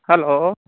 hello